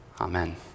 Amen